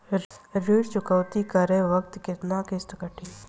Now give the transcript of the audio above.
ऋण चुकौती करे बखत केतना किस्त कटी?